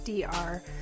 DR